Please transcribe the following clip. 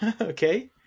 Okay